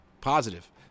positive